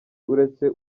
uretse